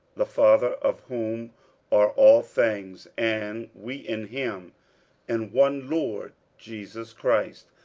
the father, of whom are all things, and we in him and one lord jesus christ,